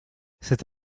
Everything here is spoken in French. cette